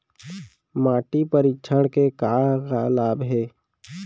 माटी परीक्षण के का का लाभ हे?